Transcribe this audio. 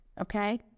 okay